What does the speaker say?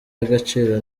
y’agaciro